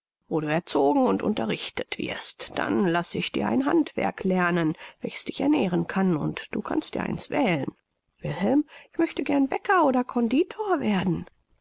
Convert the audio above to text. wo du erzogen und unterrichtet wirst dann laß ich dir ein handwerk lernen welches dich ernähren kann und du kannst dir eins wählen wilhelm ich möchte gern bäcker oder conditor werden